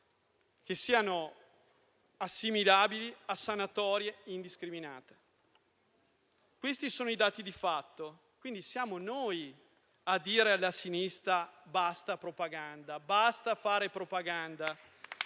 che siano assimilabili a sanatorie indiscriminate. Questi sono i dati di fatto. Quindi siamo noi a dire alla sinistra basta propaganda, basta fare propaganda.